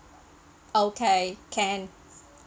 okay can